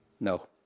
No